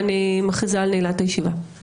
אני מכריזה על נעילת הישיבה.